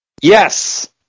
Yes